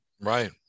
right